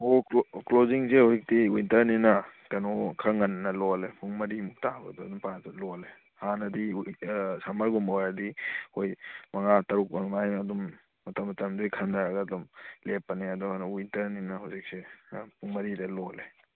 ꯑꯣ ꯀ꯭ꯂꯣꯖꯤꯡꯁꯦ ꯍꯧꯖꯤꯛꯇꯤ ꯋꯤꯟꯇꯔꯅꯤꯅ ꯀꯩꯅꯣ ꯈꯔ ꯉꯟꯅ ꯂꯣꯜꯂꯦ ꯄꯨꯡ ꯃꯔꯤꯃꯨꯛ ꯇꯥꯕꯗ ꯑꯗꯨꯋꯥꯏ ꯃꯄꯥꯗ ꯂꯣꯜꯂꯦ ꯍꯥꯟꯅꯗꯤ ꯁꯝꯃꯔꯒꯨꯝꯕ ꯑꯣꯏꯔꯗꯤ ꯑꯩꯈꯣꯏ ꯃꯉꯥ ꯇꯔꯨꯛ ꯑꯗꯨꯃꯥꯏꯅ ꯑꯗꯨꯝ ꯃꯇꯝ ꯃꯇꯝꯗꯨꯒꯤ ꯈꯟꯅꯔꯒ ꯑꯗꯨꯝ ꯂꯦꯞꯄꯅꯦ ꯑꯗꯣ ꯋꯤꯟꯇꯔꯅꯤꯅ ꯍꯧꯖꯤꯛꯁꯦ ꯄꯨꯡ ꯃꯔꯤꯗ ꯂꯣꯜꯂꯦ